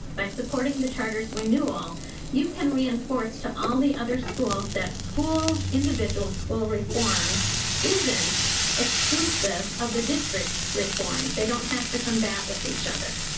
by supporting the charter's renewal you can reinforce to all the other schools that, that individual school reform isn't exclusive of the district reform. they don't have to combat with each other.